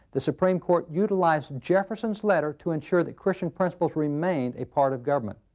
the supreme court utilized jefferson's letter to ensure that christian principles remained a part of government.